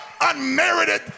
unmerited